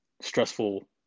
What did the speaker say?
stressful